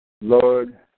Lord